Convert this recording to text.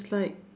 it's like